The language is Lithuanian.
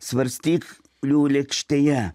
svarstyklių lėkštėje